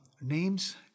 names